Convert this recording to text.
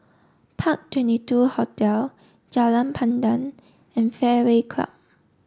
park Twenty Two Hotel Jalan Pandan and Fairway Club